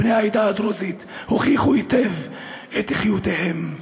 בני העדה הדרוזית הוכיחו היטב את איכויותיהם.